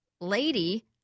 Lady